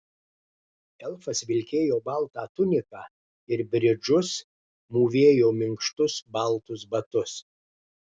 elfas vilkėjo baltą tuniką ir bridžus mūvėjo minkštus baltus batus